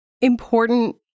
important